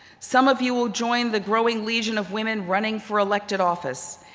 some of you will join the growing legion of women running for elective office.